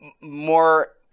more